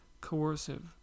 coercive